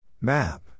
Map